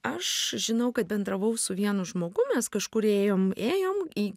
aš žinau kad bendravau su vienu žmogum mes kažkur ėjom ėjom į